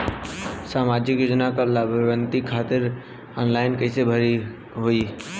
सामाजिक योजना क लाभान्वित खातिर ऑनलाइन कईसे होई?